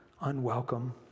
unwelcome